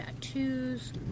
tattoos